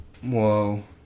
Whoa